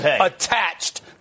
attached